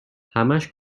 همش